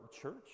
church